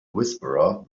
whisperer